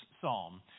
psalm